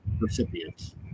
recipients